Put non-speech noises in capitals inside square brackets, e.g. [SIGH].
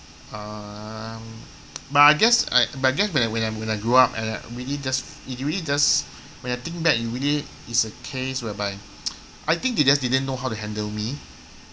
um [NOISE] but I guess I but I guess when I when I when I grew up and I really just it really just when I think back it really is a case whereby [NOISE] I think they just didn't know how to handle me